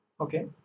Okay